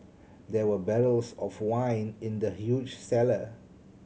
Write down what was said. there were barrels of wine in the huge cellar